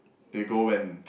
they go when